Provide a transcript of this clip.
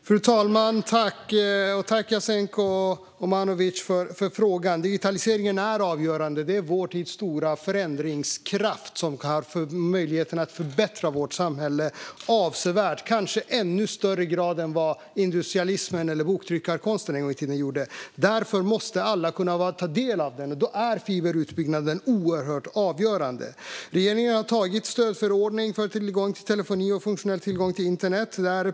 Fru talman! Tack, Jasenko Omanovic, för frågan! Digitaliseringen är avgörande. Den är vår tids stora förändringskraft, som har möjligheten att förbättra vårt samhälle avsevärt - kanske i ännu högre grad än industrialiseringen eller boktryckarkonsten en gång i tiden gjorde. Därför måste alla kunna ta del av den, och då är fiberutbyggnaden oerhört avgörande. Regeringen har antagit en förordning om stöd för tillgång till telefoni och funktionell tillgång till internet.